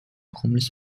homeless